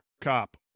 Cop